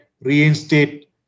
reinstate